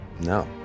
No